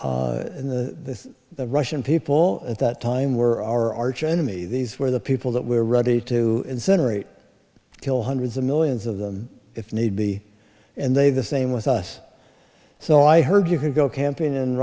in the russian people at that time were our arch enemy these were the people that were ready to incinerate kill hundreds of millions of them if need be and they the same with us so i heard you could go camping in